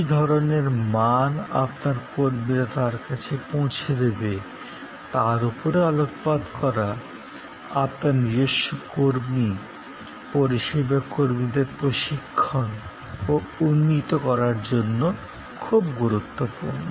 কী ধরণের মান আপনার কর্মীরা তার কাছে পৌঁছে দেবে তার উপরেও আলোকপাত করা আপনার নিজস্ব কর্মী পরিষেবা কর্মীদের প্রশিক্ষণ ও উন্নীত করার জন্য খুব গুরুত্বপূর্ণ